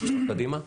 (שקף: צוות אכיפה אזרחית).